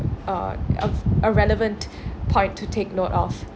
uh of a relevant point to take note of